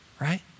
right